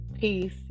peace